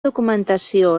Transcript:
documentació